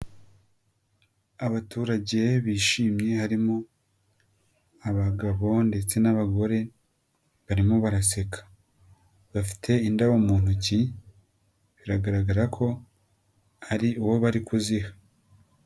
Abaturage bishimye harimo abagabo ndetse n'abagore barimo baraseka bafite indabo mu ntoki biragaragara ko hari uwo bari kuziha.